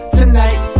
tonight